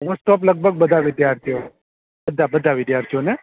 most of લગભગ બધાં વિદ્યાર્થીઓ બધાં બધાં બધાં વિદ્યાર્થીઓને